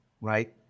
right